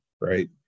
right